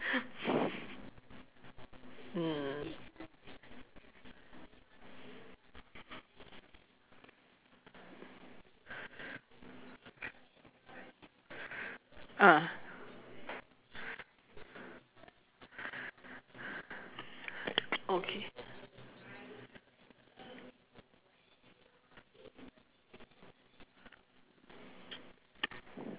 mm ah okay